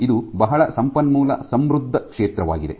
ಇದು ಬಹಳ ಸಂಪನ್ಮೂಲ ಸಮೃದ್ಧ ಕ್ಷೇತ್ರವಾಗಿದೆ